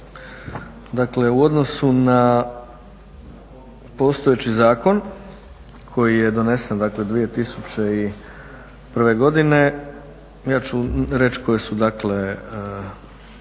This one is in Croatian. u odnosu na postojeći zakon koji je donesen dakle 2001. godine ja ću reći koji su dakle